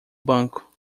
banco